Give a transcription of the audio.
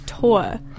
tour